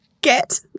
get